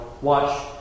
watch